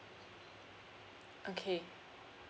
okay